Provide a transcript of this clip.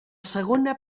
segona